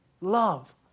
love